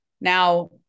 now